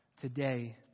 today